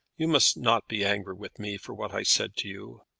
you must not be angry with me for what i said to you.